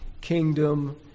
kingdom